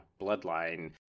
bloodline